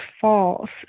false